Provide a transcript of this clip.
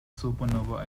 supernova